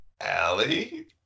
Allie